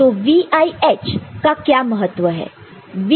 तो VIH का क्या महत्व है